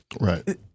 Right